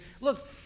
look